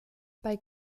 bei